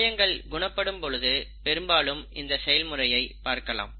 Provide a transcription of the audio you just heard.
காயங்கள் குணப்படும் பொழுது பெரும்பாலும் இந்த செயல்முறையை பார்க்கலாம்